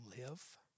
live